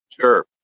Sure